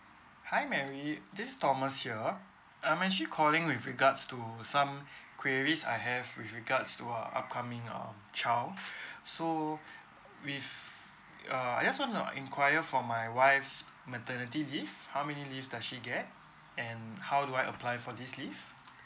hi mary this thomas here I'm actually calling with regards to some queries I have with regards to a upcoming um child so with err I just want to enquire for my wife's maternity leave how many leave does she get and how do I apply for this leave